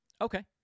Okay